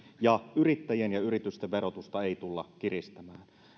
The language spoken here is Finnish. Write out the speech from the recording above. ja yrittäjien ja yritysten verotusta ei tulla kiristämään